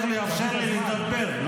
חובתך לאפשר לי לדבר.